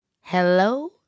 Hello